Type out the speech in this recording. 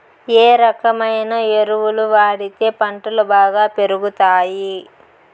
ఏ రకమైన ఎరువులు వాడితే పంటలు బాగా పెరుగుతాయి?